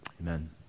amen